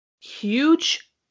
huge